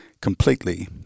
completely